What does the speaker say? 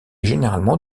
généralement